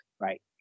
right